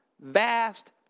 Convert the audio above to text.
vast